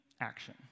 action